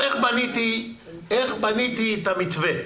איך בניתי את המתווה?